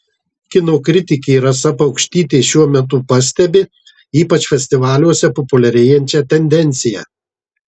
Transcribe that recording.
kino kritikė rasa paukštytė šiuo metu pastebi ypač festivaliuose populiarėjančią tendenciją